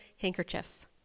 handkerchief